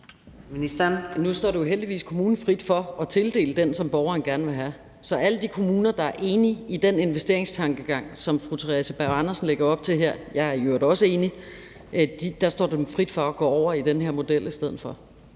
Nu står det jo heldigvis kommunen frit for at tildele den, som borgeren gerne vil have. Så det står alle de kommuner, der er enige i den investeringstankegang, som fru Theresa Berg Andersen lægger op til – jeg er i øvrigt også enig i – frit for at gå over til den her model i stedet for.